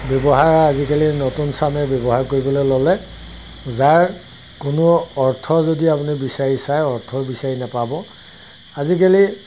ব্যৱহাৰ আজিকালি নতুন চামে ব্যৱহাৰ কৰিবলৈ ল'লে যাৰ কোনো অৰ্থ যদি আপুনি বিচাৰি চায় অৰ্থ বিচাৰি নাপাব আজিকালি